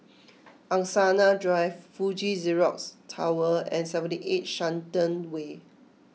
Angsana Drive Fuji Xerox Tower and seventy eight Shenton Way